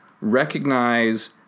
recognize